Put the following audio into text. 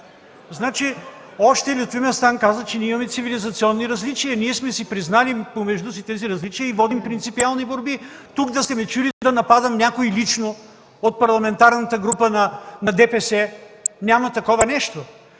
смеете? Още Лютви Местан каза, че имаме цивилизационни различия. Ние сме си признали помежду си тези различия и водим принципиални борби. Тук да сте ме чули да нападам някой лично от Парламентарната група на Движението за